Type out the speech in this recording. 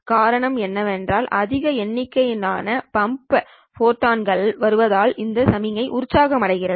காரணம் ஏனென்றால் அதிக எண்ணிக்கையிலான பம்ப் ஃபோட்டான்கள் வருவதால் இந்த சமிக்ஞைகள் உற்சாகமடைகின்றன